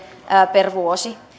per vuosi